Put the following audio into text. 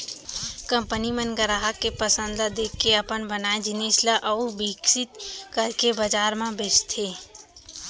company मन गराहक के पसंद ल देखके अपन बनाए जिनिस ल अउ बिकसित करके बजार म बेचथे